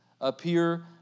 appear